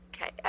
Okay